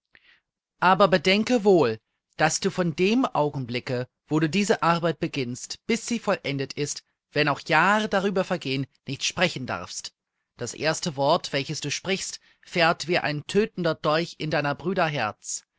aber bedenke wohl daß du von dem augenblicke wo du diese arbeit beginnst bis sie vollendet ist wenn auch jahre darüber vergehen nicht sprechen darfst das erste wort welches du sprichst fährt wie ein tötender dolch in deiner